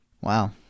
Wow